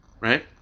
Right